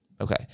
Okay